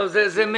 טוב, זה מיותר.